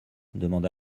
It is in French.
demanda